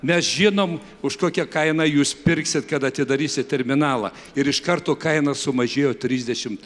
mes žinom už kokią kainą jūs pirksit kada atidarysit terminalą ir iš karto kaina sumažėjo trisdešimt